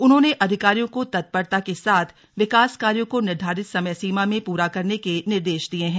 उन्होंने अधिकारियों को तत्परता के साथ विकास कार्यों को निर्धारित समय सीमा में पूरा करने के निर्देश दिये हैं